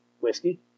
Whiskey